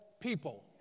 people